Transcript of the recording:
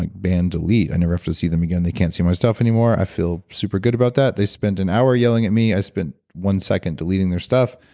like ban delete, i never have to see them again, they can't see my stuff anymore. i feel super good about that. they spent an hour yelling at me, i spent one second deleting their stuff.